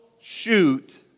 shoot